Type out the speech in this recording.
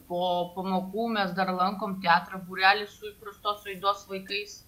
po pamokų mes dar lankom teatro būrelį su įprastos raidos vaikais